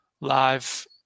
live